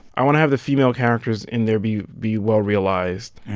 i want to have the female characters in there be be well-realized.